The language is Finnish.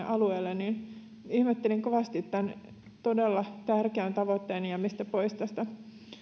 alueelle ihmettelin kovasti tämän todella tärkeän tavoitteen jäämistä pois tästä